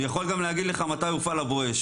אני יכול גם להגיד לך מתי הופעל ה"בואש",